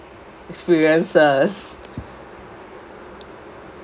experiences